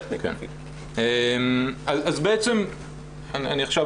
אני עכשיו